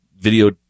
video